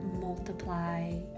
multiply